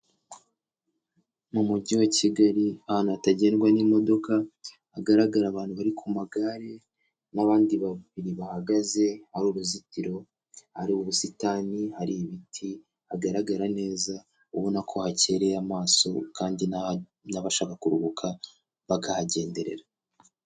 Mu mugi wa kigali, ahantu hatagengwa n'imodoka, hagaragara abantu bari ku magare, n'abandi babiri bahagaze hari uruzitiro, ari ubusitani, hari ibiti, hagaragara neza, ubona ko hakereye amaso, kandi n'abashaka kuruhuka bakahagenderera.